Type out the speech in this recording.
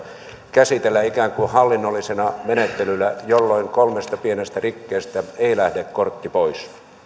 käsitellä ikään kuin hallinnollisena menettelynä jolloin kolmesta pienestä rikkeestä ei lähde kortti pois